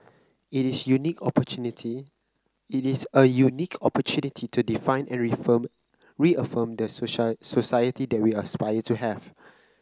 it is unique opportunity it is a unique opportunity to define and reform reaffirm the society that we aspire to have